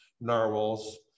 narwhals